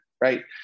right